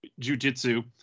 jujitsu